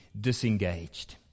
disengaged